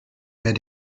mehr